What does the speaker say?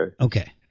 Okay